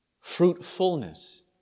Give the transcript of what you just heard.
Fruitfulness